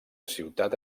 ciutat